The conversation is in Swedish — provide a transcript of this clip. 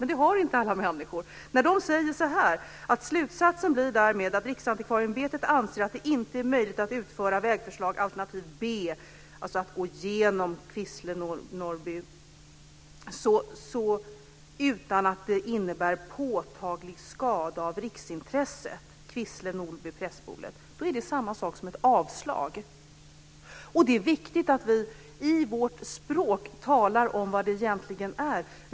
Men alla människor förstår inte när de säger: Slutsatsen blir därmed att Riksantikvarieämbetet anser att det inte är möjligt att utföra vägförslag alternativ B - alltså att vägen ska gå genom Kvissle och Nolby - utan att det innebär påtaglig skada av riksintresse. Detta gäller Kvissle, Det är samma sak som ett avslag. Det är viktigt att vi i vårt språk talar om vad det egentligen innebär.